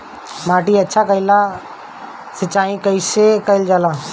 माटी अच्छा कइला ला सिंचाई कइसे कइल जाला?